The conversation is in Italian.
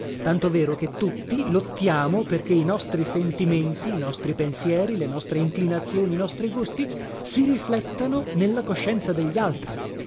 tanto vero che tutti lottiamo perché i nostri sentimenti i nostri pensieri le nostre inclinazioni i nostri gusti si riflettano nella coscienza degli altri